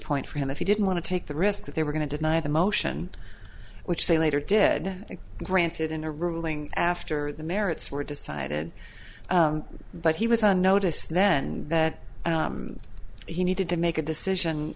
point for him if he didn't want to take the risk that they were going to deny the motion which they later dead granted in a ruling after the merits were decided that he was on notice then that he needed to make a decision